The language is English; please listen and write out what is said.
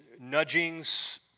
nudgings